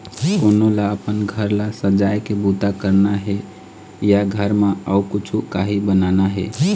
कोनो ल अपन घर ल सजाए के बूता करना हे या घर म अउ कछु काही बनाना हे